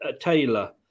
Taylor